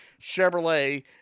Chevrolet